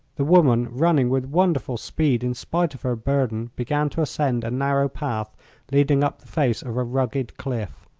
the woman, running with wonderful speed in spite of her burden, began to ascend a narrow path leading up the face of a rugged cliff.